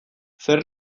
zer